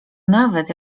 nawet